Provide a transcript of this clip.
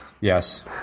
yes